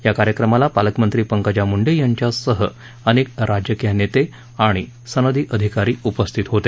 या कार्यक्रमाला पालकमंत्री पंकजा मुंडे यांच्यासह अनेक राजकीय नेते आणि सनदी अधिकारी उपस्थित होते